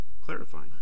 clarifying